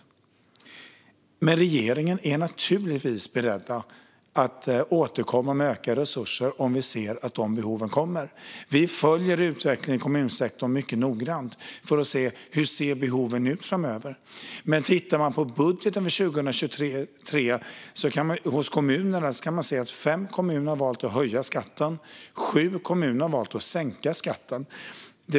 Vi i regeringen är naturligtvis beredda att återkomma med ökade resurser om vi ser att det uppstår behov. Vi följer utvecklingen i kommunsektorn mycket noggrant för att se hur behoven ser ut framöver. Om man tittar på budgeten för 2023 i kommunerna kan man se att fem kommuner har valt att höja skatten och att sju kommuner har valt att sänka skatten.